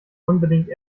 unbedingt